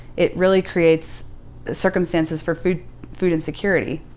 it really creates circumstances for food food insecurity.